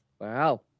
Wow